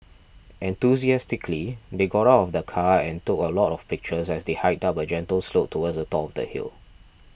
enthusiastically they got of the car and took a lot of pictures as they hiked up a gentle slope towards the top the hill